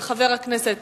של חבר הכנסת